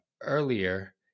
earlier